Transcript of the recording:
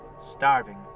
starving